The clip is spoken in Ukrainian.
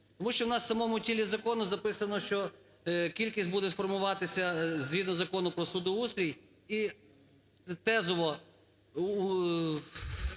Тому що у нас в самому тілі закону записано, що кількість буде формуватися згідно Закону про судоустрій і, тезово,